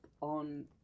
on